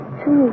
two